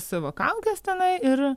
savo kaukes tenai ir